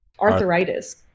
arthritis